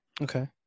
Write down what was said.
Okay